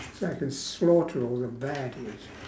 so I can slaughter all the baddies